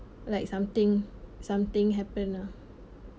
like something something happen lah